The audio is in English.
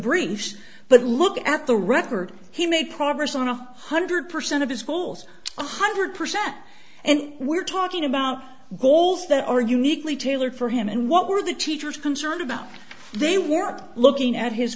briefs but look at the record he made progress on a one hundred percent of his schools one hundred percent and we're talking about goals that are uniquely tailored for him and what were the teachers concerned about they were looking at his